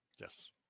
Yes